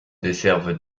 desservent